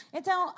Então